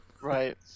Right